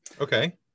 okay